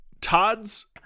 Todd's